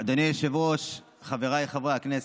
אדוני היושב-ראש, חבריי חברי הכנסת,